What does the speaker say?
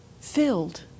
filled